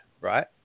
right